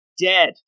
dead